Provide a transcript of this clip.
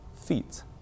feet